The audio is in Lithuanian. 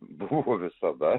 buvo visada